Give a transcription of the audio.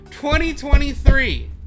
2023